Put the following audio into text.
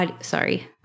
sorry